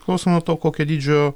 klauso nuo to kokio dydžio